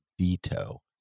veto